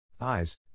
eyes